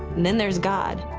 then there is god.